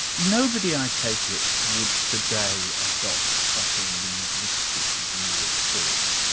nobody, i take it, would today adopt such a linguistic view of thought.